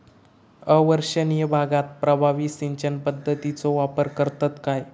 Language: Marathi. अवर्षणिय भागात प्रभावी सिंचन पद्धतीचो वापर करतत काय?